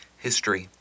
History